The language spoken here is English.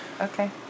Okay